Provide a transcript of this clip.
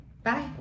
Bye